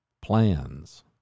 plans